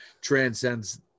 transcends